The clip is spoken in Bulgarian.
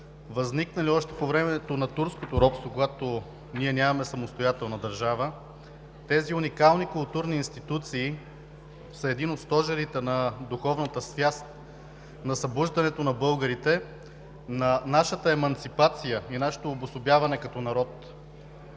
възникнали още по времето на турското робство, когато ние нямаме самостоятелна държава. Тези уникални културни институции са един от стожерите на духовната свяст, на събуждането на българите, на нашата еманципация и нашето обособяване като народ.